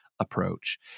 approach